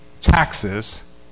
taxes